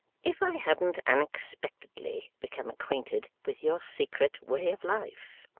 if i hadn't unexpectedly become acquainted with your secret way of life